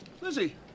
Lizzie